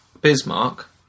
Bismarck